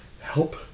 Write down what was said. help